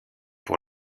pour